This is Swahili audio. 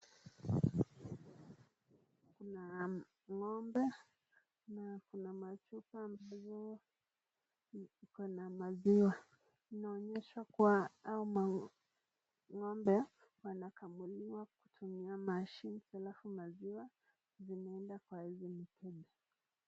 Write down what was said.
Kuna ng'ombe na kuna machupa ambazo zikona maziwa. Inaonyesha kuwa hao mang'ombe wanakamuliwa kutumia mashine, halafu maziwa zinaenda kwa zile chupa.